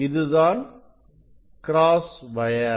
இதுதான் cross wire